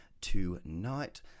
tonight